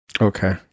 okay